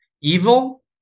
Evil